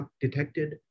detected